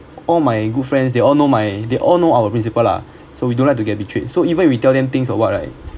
all my good friends they all know my they all know our principle lah so we don't like to get betrayed so even we tell them things or what right